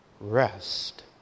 rest